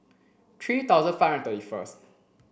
three thousand five hundred thirty first